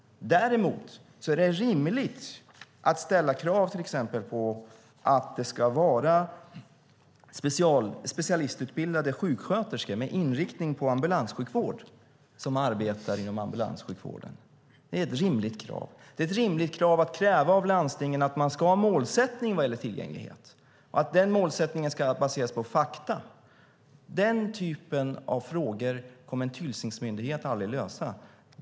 Det är ett rimligt krav att det ska vara specialistutbildade sjuksköterskor med inriktning på ambulanssjukvård som arbetar inom ambulanssjukvården. Det är rimligt att kräva av landstingen att de ska ha en målsättning vad gäller tillgänglighet och att den ska baseras på fakta. Den typen av frågor kommer en tillsynsmyndighet aldrig att lösa.